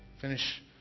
finish